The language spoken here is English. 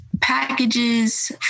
packages